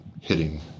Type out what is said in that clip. hitting